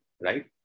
right